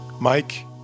Mike